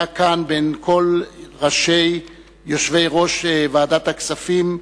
היה כאן בין כל ראשי יושבי-ראש ועדת הכספים,